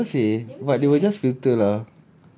no they never say but they will just filter lah